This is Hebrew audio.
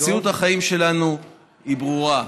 מציאות החיים שלנו היא ברורה: